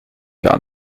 gar